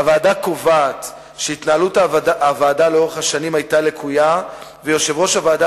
הוועדה קובעת שהתנהלות הוועדה לאורך השנים היתה לקויה ויושב-ראש הוועדה,